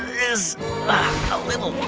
is a little